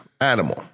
animal